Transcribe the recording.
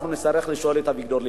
אנחנו נצטרך לשאול את אביגדור ליברמן.